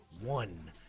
one